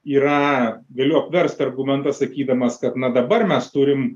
yra galiu apverst argumentą sakydamas kad na dabar mes turim